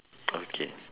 okay